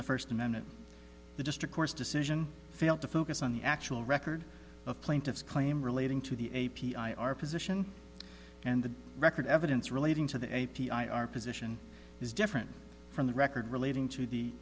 the first amendment the district court's decision fail to focus on the actual record of plaintiffs claim relating to the a p i our position and the record evidence relating to the a p i our position is different from the record relating to the